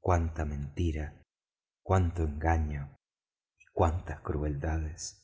cuanta mentira cuanto engaño y cuantas crueldades